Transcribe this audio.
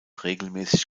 regelmäßig